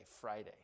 Friday